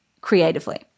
creatively